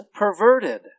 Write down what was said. perverted